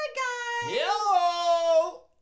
Hello